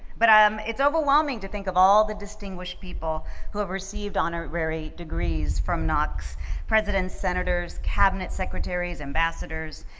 but uhm, ah um it's overwhelming to think of all the distinguished people who have received honorary degrees from knox presidents, senators, cabinet secretaries, ambassadors,